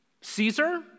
Caesar